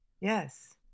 Yes